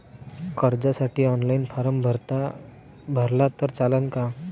कर्जसाठी online form भरला तर चालन का?